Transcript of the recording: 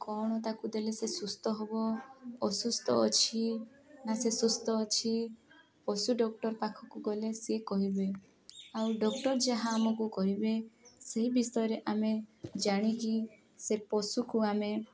କ'ଣ ତାକୁ ଦେଲେ ସେ ସୁସ୍ଥ ହେବ ଅସୁସ୍ଥ ଅଛି ନା ସେ ସୁସ୍ଥ ଅଛି ପଶୁ ଡ଼କ୍ଟର ପାଖକୁ ଗଲେ ସେ କହିବେ ଆଉ ଡକ୍ଟର ଯାହା ଆମକୁ କହିବେ ସେହି ବିଷୟରେ ଆମେ ଜାଣିକି ସେ ପଶୁକୁ ଆମେ